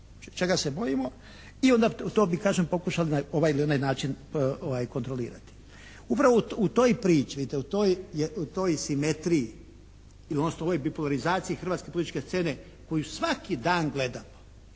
čega se bojimo i onda to bi kažem pokušali na ovaj ili onaj način kontrolirati. Upravo u toj priči, vidite u toj simetriji, odnosno ovoj ... /Ne razumije se./ … hrvatske političke scene koju svaki dan gledamo,